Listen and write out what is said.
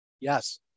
Yes